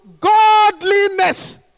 godliness